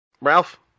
Ralph